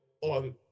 on